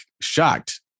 shocked